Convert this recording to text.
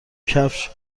کفش